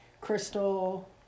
crystal